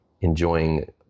enjoying